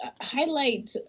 highlight